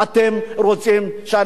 אני אגיד לך, אדוני היושב-ראש, מה יקרה.